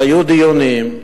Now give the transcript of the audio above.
והיו דיונים,